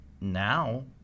now